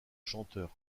chanteur